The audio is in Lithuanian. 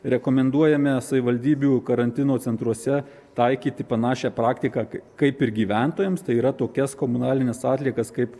rekomenduojame savivaldybių karantino centruose taikyti panašią praktiką kaip ir gyventojams tai yra tokias komunalines atliekas kaip